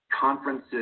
conferences